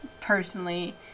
personally